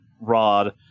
Rod